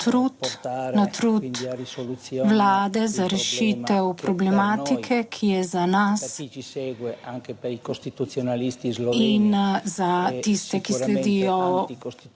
na trud Vlade za rešitev problematike, ki je za nas in za tiste, ki sledijo